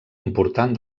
important